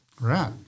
Right